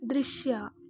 ದೃಶ್ಯ